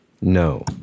No